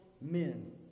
men